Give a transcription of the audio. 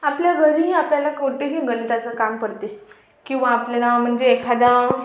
आपल्या घरीही आपल्याला कोणतेही गणिताचं काम पडते किंवा आपल्याला म्हणजे एखादं